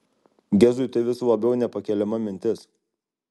gezui tai vis labiau nepakeliama mintis